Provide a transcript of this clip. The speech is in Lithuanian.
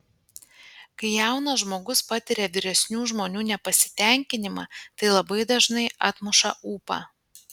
kai jaunas žmogus patiria vyresnių žmonių nepasitenkinimą tai labai dažnai atmuša ūpą